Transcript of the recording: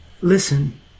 listen